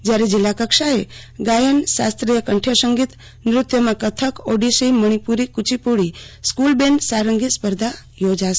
જયારે જિલ્લા કક્ષાએ ગાયન શાસ્ત્રીય કંઠ્વસંગીત નૃત્યમાં કથ્થક ઓડીસી મણિપુરી કુચીપુડી સિતાર સ્કૂલ બેન્ડ અને સારંગી સ્પર્ધા યોજાશે